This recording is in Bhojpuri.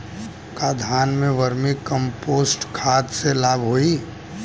का धान में वर्मी कंपोस्ट खाद से लाभ होई?